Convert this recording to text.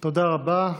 תודה רבה.